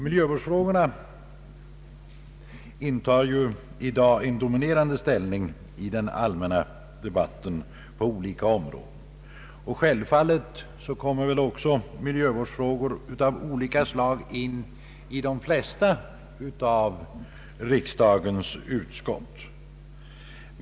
Miljövårdsfrågorna intar i dag en dominerande ställning i den allmänna debatten på olika områden, och självfallet kommer miljövårdsfrågor av olika slag in i debatten inom de flesta av riksdagens utskott.